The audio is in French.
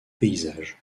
paysages